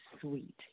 sweet